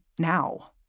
Now